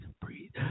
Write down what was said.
breathe